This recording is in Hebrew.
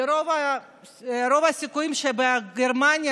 רוב הסיכויים שבגרמניה,